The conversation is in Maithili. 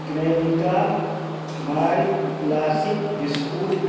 Cremica Marie classic biscuit